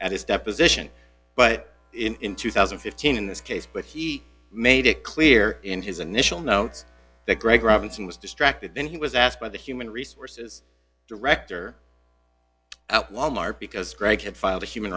at his deposition but in two thousand and fifteen in this case but he made it clear in his initial notes that greg robinson was distracted when he was asked by the human resources director at walmart because greg had filed a human